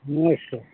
sir